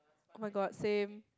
oh-my-god same